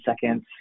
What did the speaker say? seconds